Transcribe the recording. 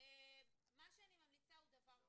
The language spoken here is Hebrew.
מה שאני ממליצה הוא דבר כזה: